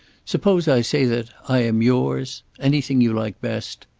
suppose i say that i am yours, anything you like best,